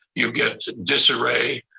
you get disarray,